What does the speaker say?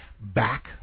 back